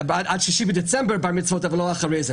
עד 6 בדצמבר בר מצוות, אבל לא אחרי זה.